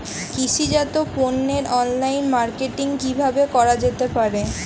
কৃষিজাত পণ্যের online marketing কিভাবে করা যেতে পারে?